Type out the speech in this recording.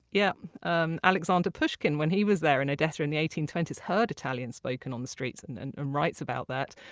yeah um alexander pushkin, when he was there in odessa in the eighteen twenty s, heard italian spoken on the streets and and um writes about that.